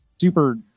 super